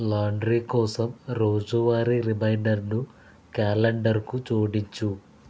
laundry కోసం రోజువారీ రిమైండర్ను క్యాలెండర్కు జోడించుము